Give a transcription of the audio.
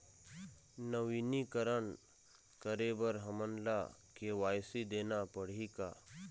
नवीनीकरण करे बर हमन ला के.वाई.सी देना पड़ही का?